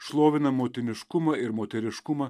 šlovina motiniškumą ir moteriškumą